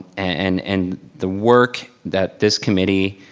and and the work that this committee,